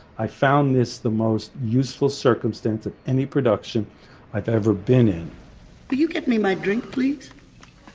i found this the most useful circumstance of any production i've ever been in you get me my drink please.